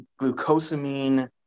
glucosamine